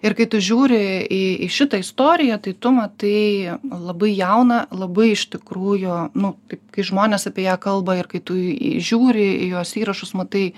ir kai tu žiūri į į šitą istoriją tai tu matai labai jauną labai iš tikrųjų nu kaip kai žmonės apie ją kalba ir kai tu įžiūri į jos įrašus matai